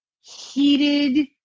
heated